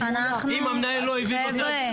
חבר'ה,